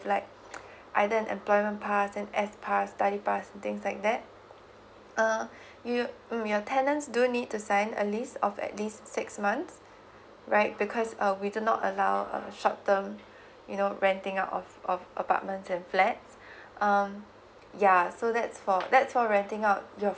like either an employment pass and S pass study pass and things like that uh you mm your tenants do need to sign a lease of at least six months right because uh we do not allow uh short term you know renting out of of apartments and flat um ya so that's for that's for renting out your